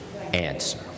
answer